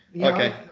okay